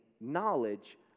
knowledge